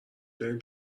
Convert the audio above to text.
بریم